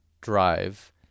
drive